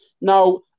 Now